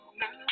now